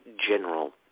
general